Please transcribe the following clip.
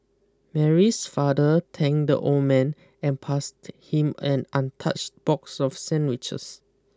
Mary's father thanked the old man and passed him an untouched box of sandwiches